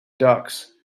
ducks